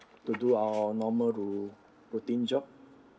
to do our normal ro~ routine job